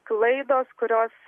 klaidos kurios